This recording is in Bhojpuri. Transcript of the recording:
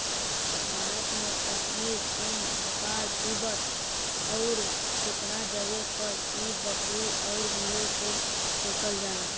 भारत में कश्मीर, चीन, नेपाल, तिब्बत अउरु केतना जगे पर इ बकरी अउर भेड़ के पोसल जाला